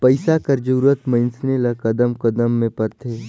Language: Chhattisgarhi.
पइसा कर जरूरत मइनसे ल कदम कदम में परथे